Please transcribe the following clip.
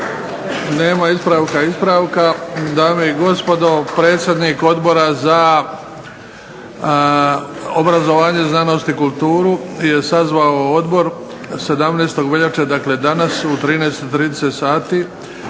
Nema ispravak ispravka. Dame i gospodo, predsjednik Odbora za obrazovanje, znanost i kulturu je sazvao Odbor 17. veljače, dakle danas u 13,30 sati